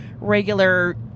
regular